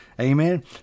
amen